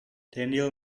daniel